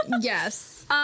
Yes